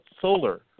solar